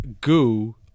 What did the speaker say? Goo